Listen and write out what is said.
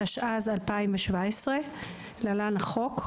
התשע"ז-2017 (להלן החוק),